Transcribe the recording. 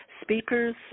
speakers